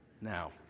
now